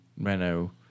Renault